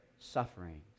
Sufferings